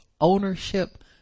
ownership